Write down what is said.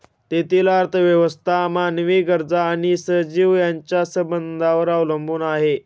तेथील अर्थव्यवस्था मानवी गरजा आणि सजीव यांच्या संबंधांवर अवलंबून आहे